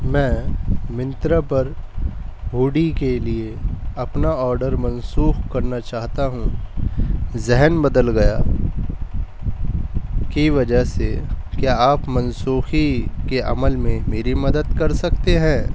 میں منترا پر ہوڈی کے لیے اپنا آڈر منسوخ کرنا چاہتا ہوں ذہن بدل گیا کی وجہ سے کیا آپ منسوخی کے عمل میں میری مدد کر سکتے ہیں